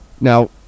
now